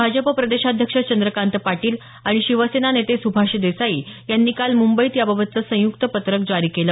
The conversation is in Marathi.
भाजप प्रदेशाध्यक्ष चंद्रकांत पाटील आणि शिवसेना नेते सुभाष देसाई यांनी काल मुंबईत याबाबतचं संयुक्त पत्रक जारी केलं